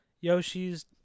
Yoshi's